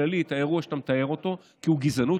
כללי, את האירוע שאתה מתאר, כי הוא גזענות.